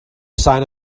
sign